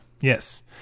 Yes